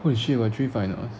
holy shit you got three finals